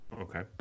Okay